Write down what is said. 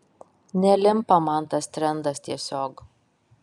nelimpa man tas trendas tiesiog